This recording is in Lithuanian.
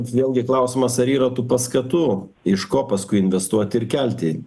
vėlgi klausimas ar yra tų paskatų iš ko paskui investuoti ir kelti